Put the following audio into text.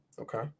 Okay